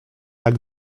tak